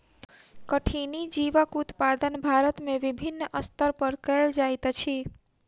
कठिनी जीवक उत्पादन भारत में विभिन्न स्तर पर कयल जाइत अछि